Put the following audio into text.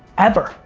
ever.